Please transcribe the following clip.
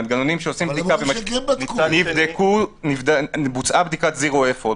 מנגנונים שעושים בדיקה בוצעה בדיקת zero effort.